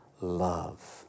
love